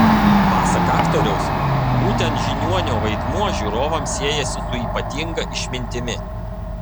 pasak aktoriaus būtent žiniuonio vaidmuo žiūrovams siejasi su ypatinga išmintimi